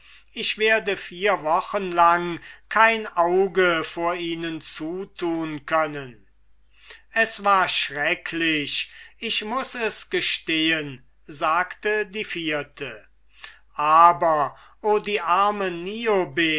ich konnte vier wochen lang kein auge vor ihnen zutun es war schrecklich ich muß es gestehen sagte die vierte aber o die niobe